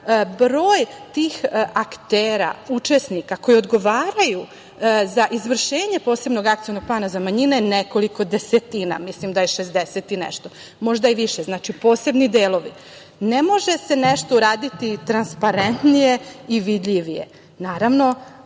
broj tih aktera, učesnika koji odgovaraju za izvršenje posebnog akcionog plana za manjine je nekoliko desetina, mislim da je 60 i nešto, možda i više, znači posebni delovi. Ne može se nešto uraditi transparentnije i vidljivije. Naravno,